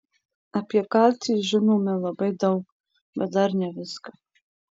apie kalcį žinome labai daug bet dar ne viską